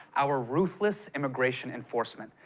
our ruthless immigration enforcement.